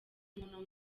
umuntu